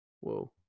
whoa